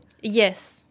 Yes